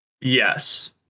Yes